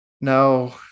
No